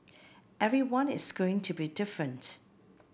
everyone is going to be different